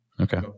Okay